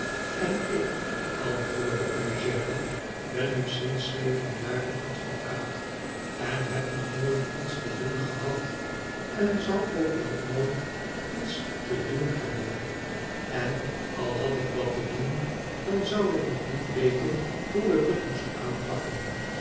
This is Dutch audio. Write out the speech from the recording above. en ik antwoordde eugène ben nu sinds zeven jaren advocaat en heb nog nooit iets te doen gehad en zal ook wel nooit iets te doen hebben en al had ik wat te doen dan zou ik nog niet weten hoe ik het moest aanpakken